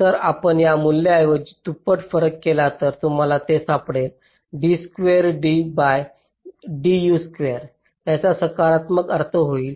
जर आपण या मूल्याऐवजी दुप्पट फरक केला तर तुम्हाला ते सापडेल याचा सकारात्मक अर्थ होईल